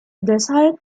deshalb